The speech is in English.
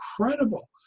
incredible